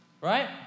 Right